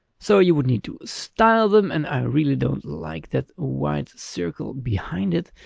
so you would need to style them. and i really don't like that white circle behind it.